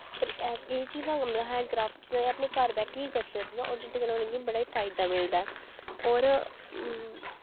पर एह् चीजां मतलब हैंड क्राफ्ट ते अपने घर बैठियै करी सकदियां और जेह्दे कन्नै बड़ी फायदा मिलदा ऐ होर